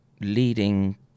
leading